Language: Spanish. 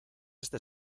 este